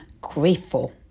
grateful